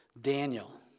Daniel